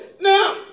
Now